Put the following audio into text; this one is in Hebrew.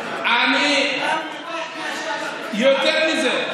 יותר מזה,